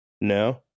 No